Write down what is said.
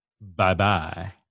Bye-bye